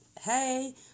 Hey